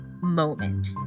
moment